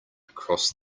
across